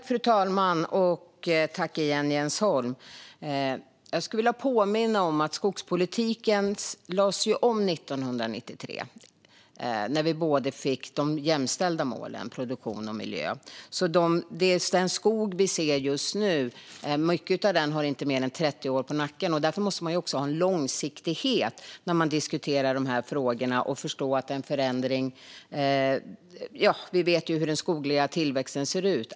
Fru talman och Jens Holm! Jag skulle vilja påminna om att skogspolitiken lades om 1993, när vi fick de båda jämställda målen produktion och miljö. Mycket av den skog vi ser just nu har alltså inte mer än 30 år på nacken. Därför måste man ha en långsiktighet när man diskuterar de här frågorna och förstå hur en förändring sker. Vi vet ju hur den skogliga tillväxten ser ut.